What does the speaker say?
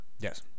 Yes